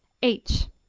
h